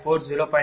4 0